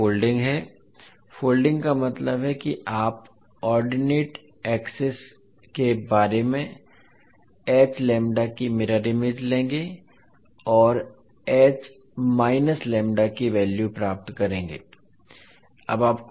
पहले फोल्डिंग है फोल्डिंग का मतलब है कि आप ऑर्डिनेट एक्सिस के बारे में की मिरर इमेज लेंगे और की वैल्यू प्राप्त करेंगे